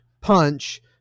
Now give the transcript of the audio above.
punch